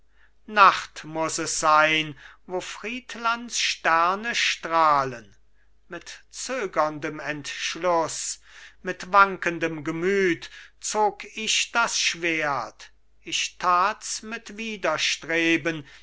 nacht muß es sein wo friedlands sterne strahlen mit zögerndem entschluß mit wankendem gemüt zog ich das schwert ich tats mit widerstreben